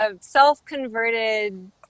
self-converted